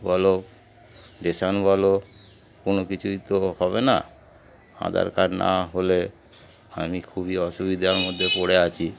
বলো রেশন বলো কোনো কিছুই তো হবে না আধার কার্ড না হলে আমি খুবই অসুবিধার মধ্যে পড়ে আছি